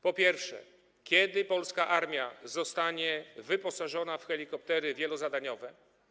Po pierwsze, kiedy polska armia zostanie wyposażona w helikoptery wielozadaniowe?